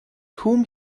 whom